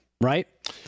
right